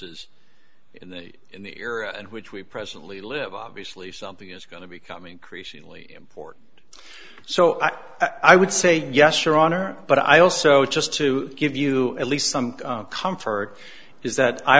is in the air and which we presently live obviously something is going to become increasingly important so i would say yes your honor but i also just to give you at least some comfort is that i